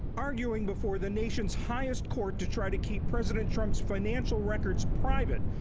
arguing before the nation's highest court to try to keep president trump's financial records private,